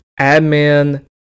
admin